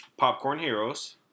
PopcornHeroes